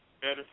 better